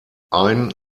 ein